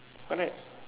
correct